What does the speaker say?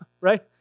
right